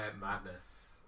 Madness